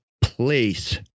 place